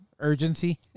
urgency